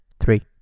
three